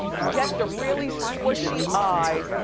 get the really squishy eyes.